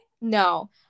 No